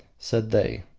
said they,